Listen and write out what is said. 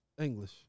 English